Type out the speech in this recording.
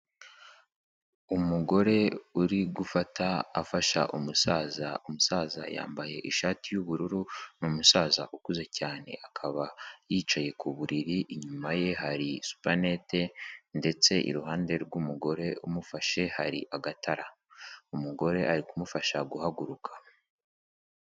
Umugore uri gufata afasha umusaza, umusaza yambaye ishati y'ubururu, ni umusaza ukuze cyane, akaba yicaye ku buriri, inyumaye hari super net, ndetse iruhande rw'umugore umufashe hari agatara, umugore ari kumufasha guhaguruka.